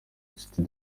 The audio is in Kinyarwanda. nshuti